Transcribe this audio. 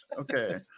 Okay